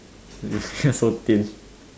it will become so thin